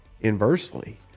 inversely